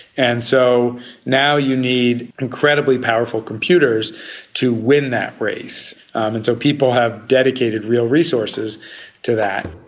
and so now you need incredibly powerful computers to win that race. and so people have dedicated real resources to that.